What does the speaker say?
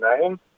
name